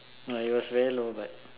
no it was very low but